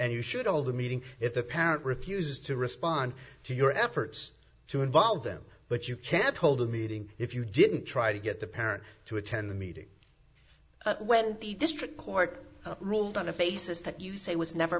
and you should all the meeting if the parent refuses to respond to your efforts to involve them but you can't hold a meeting if you didn't try to get the parent to attend the meeting when a district court ruled on a basis that you say was never